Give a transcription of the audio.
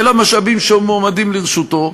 של המשאבים שעומדים לרשותו,